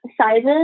sizes